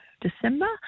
December